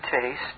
taste